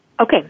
Okay